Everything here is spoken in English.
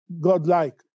God-like